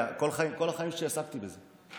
אלא שכל החיים שלי עסקתי בזה.